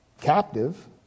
captive